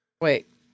Wait